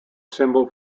symbol